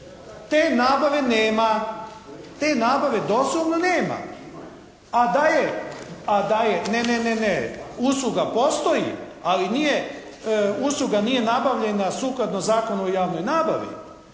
Te nabave nema. Te nabave doslovno nema. A da je …… /Upadica se ne čuje./ … Ne, ne. Usluga postoji, ali nije, usluga nije nabavljena sukladno Zakonu o javnoj nabavi,